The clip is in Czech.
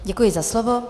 Děkuji za slovo.